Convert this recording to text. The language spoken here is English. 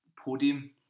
podium